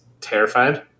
terrified